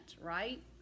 right